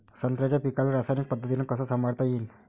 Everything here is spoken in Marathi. संत्र्याच्या पीकाले रासायनिक पद्धतीनं कस संभाळता येईन?